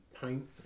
paint